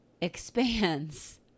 expands